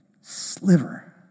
sliver